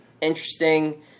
interesting